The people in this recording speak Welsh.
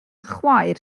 chwaer